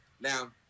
Now